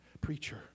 preacher